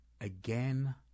Again